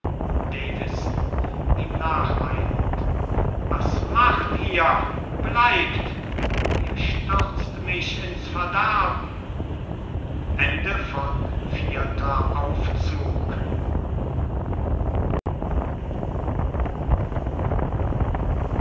ihm nacheilend was macht ihr bleibt ihr stürzt mich ins verderben